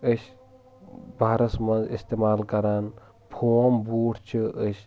أسۍ بہرس منٛز استعمال کران فوم بوٗٹھ چھِ أسۍ